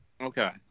Okay